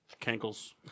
Cankles